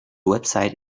website